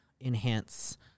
enhance